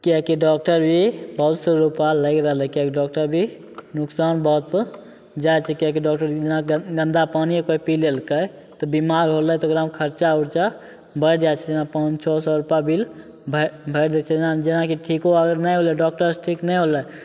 किएकि डाकटर भी बहुत से रुपा लागि रहलै किएकि डाकटर भी नोकसान बातपर जाइ छिकै किएकि डाकटर जेना गन्दा पानी अगर कोइ पी लेलकै तऽ बेमार होलै तऽ ओकरामे खरचा उरचा बढ़ि जाइ छै जेना पाँच छओ सओ रुपा बिल भ भरि दै छै जेनाकि ठीक अगर नहि होलै डाकटरसे ठीक नहि होलै